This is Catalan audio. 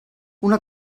una